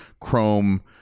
Chrome